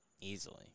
Easily